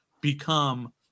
become